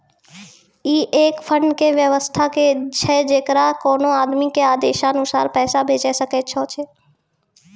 ई एक फंड के वयवस्था छै जैकरा कोनो आदमी के आदेशानुसार पैसा भेजै सकै छौ छै?